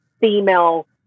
female